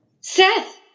Seth